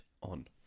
on